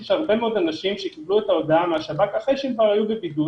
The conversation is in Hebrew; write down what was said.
שיש הרבה מאוד אנשים שקיבלו את הודעה מהשב"כ אחרי שכבר היו בבידוד.